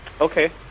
Okay